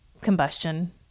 combustion